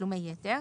תשלומי יתר),